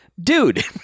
dude